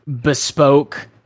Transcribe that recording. bespoke